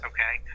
Okay